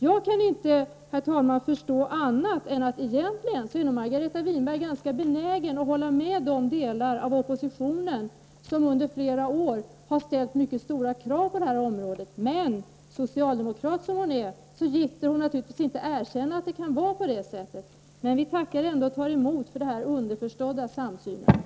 Jag kan inte förstå annat än att Margareta Winberg nog egentligen är benägen att hålla med delar av oppositionen som under flera år har ställt mycket stora krav på det här området. Men socialdemokrat som hon är gitter hon naturligtvis inte erkänna att det kan vara på det sättet. Vi tackar ändå för och tar emot den här underförstådda samsynen.